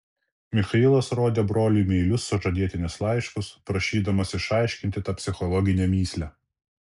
michailas rodė broliui meilius sužadėtinės laiškus prašydamas išaiškinti tą psichologinę mįslę